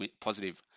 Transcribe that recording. positive